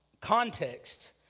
context